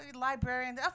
librarian